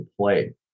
play